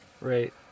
Right